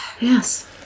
Yes